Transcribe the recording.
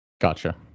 Gotcha